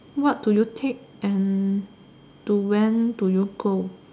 what do you take and to when do you go